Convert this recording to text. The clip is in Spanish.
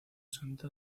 santa